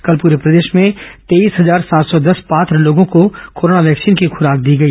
कल पुरे प्रदेश में तेईस हजार सात सौ दस पात्र लोगों को कोरोना वैक्सीन की खुराक दी गई